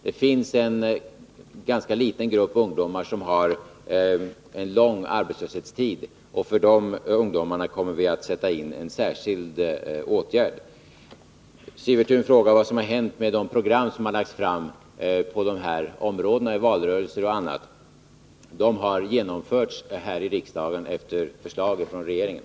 Det finns en ganska liten grupp som har en lång arbetslöshetstid. För dessa ungdomar kommer vi att sätta in särskilda åtgärder. Ulf Sivertun frågade vad som hände med de program som har lagts fram på dessa områden i valrörelser och annat. De har genomförts här i riksdagen efter förslag från regeringen.